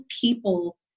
people